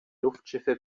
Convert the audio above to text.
luftschiffe